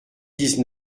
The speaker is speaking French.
dix